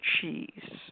cheese